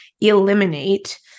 eliminate